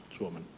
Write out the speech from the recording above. suomi